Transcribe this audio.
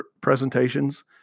presentations